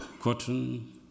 cotton